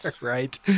right